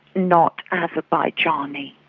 not azerbaijani.